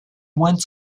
went